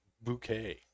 bouquet